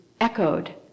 echoed